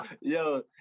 Yo